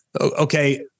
Okay